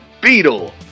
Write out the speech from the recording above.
Beetle